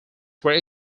were